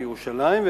לירושלים,